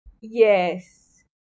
Yes